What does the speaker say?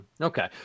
Okay